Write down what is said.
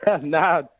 Nah